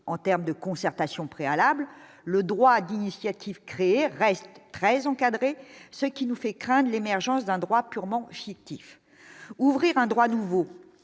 en terme de concertations préalables, le droit d'initiative créé reste très encadrée, ce qui nous fait craindre l'émergence d'un droit purement fictif, ouvrir un droit nouveau,